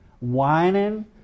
whining